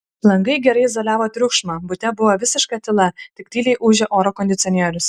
langai gerai izoliavo triukšmą bute buvo visiška tyla tik tyliai ūžė oro kondicionierius